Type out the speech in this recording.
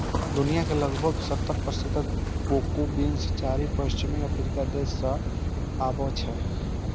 दुनिया के लगभग सत्तर प्रतिशत कोको बीन्स चारि पश्चिमी अफ्रीकी देश सं आबै छै